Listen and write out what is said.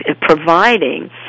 providing